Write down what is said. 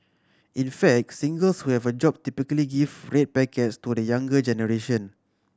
in fact singles who have a job typically give red packets to the younger generation